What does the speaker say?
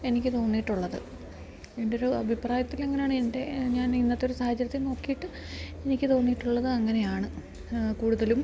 എനിക്ക് തോന്നിയിട്ടുള്ളത് എൻ്റെ ഒരു അഭിപ്രായത്തിൽ അങ്ങനെയാണ് എൻ്റെ ഞാൻ ഇന്നത്തെ ഒരു സാഹചര്യത്തില് നോക്കിയിട്ട് എനിക്ക് തോന്നിയിട്ടുള്ളത് അങ്ങനെയാണ് കൂടുതലും